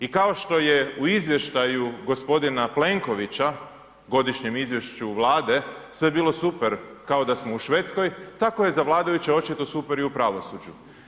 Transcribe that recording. I kao što je u izvještaju g. Plenkovića, Godišnjem izvješću Vlade, sve bilo super kao da smo u Švedskoj, tako je za vladajuće očito super i u pravosuđu.